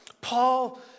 Paul